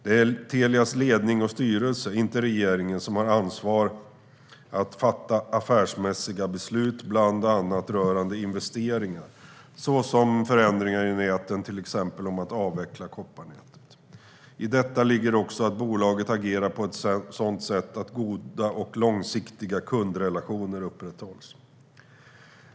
Det är Telias ledning och styrelse, inte regeringen, som har ett ansvar att fatta affärsmässiga beslut bland annat rörande investeringar, såsom förändringar i näten, till exempel om att avveckla kopparnätet. I detta ligger också att bolaget agerar på ett sådant sätt att goda och långsiktiga kundrelationer upprätthålls.